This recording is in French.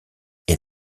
est